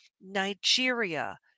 Nigeria